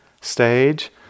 stage